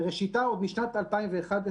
וראשיתה עוד משנת 2011,